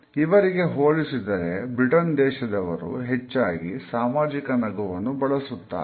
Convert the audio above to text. ಇವರಿಗೆ ಹೋಲಿಸಿದರೆ ಬ್ರಿಟನ್ ದೇಶದವರು ಹೆಚ್ಚಾಗಿ ಸಾಮಾಜಿಕ ನಗುವನ್ನು ಬಳಸುತ್ತಾರೆ